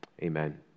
Amen